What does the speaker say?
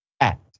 act